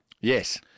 Yes